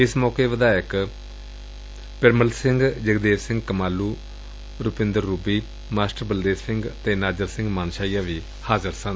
ਇਸ ਮੌਕੇ ਵਿਧਾਇਕ ਪਿਰਮਲ ਸਿੰਘ ਜਗਦੇਵ ਸਿੰਘ ਕਮਾਲੂ ਰੁਪਿੰਦਰ ਰੂਬੀ ਮਾਸਟਰ ਬਲਦੇਵ ਸਿੰਘ ਅਤੇ ਨਾਜਰ ਸਿੰਘ ਮਾਨਸ਼ਾਰੀਆ ਵੀ ਹਾਜ਼ਰ ਸਨ